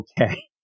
okay